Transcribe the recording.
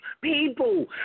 People